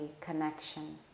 connection